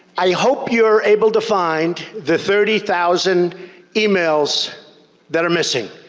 i hope you're able to find the thirty thousand emails that are missing.